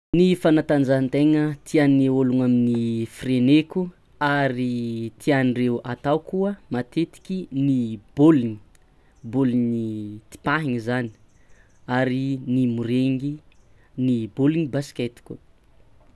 Ny fanatanjahan-taigna tian'ny ôlogno amin'ny fireneko ary tiandreo atao koa matetiky: ny bôligny bôligny tipahigny zany, ary ny morengy, ny bôligny basket koa.